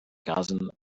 carson